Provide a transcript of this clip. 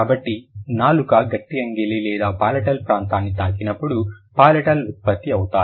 కాబట్టి నాలుక గట్టి అంగిలి లేదా పాలటల్ ప్రాంతాన్ని తాకినప్పుడు పాలటల్స్ ఉత్పత్తి అవుతాయి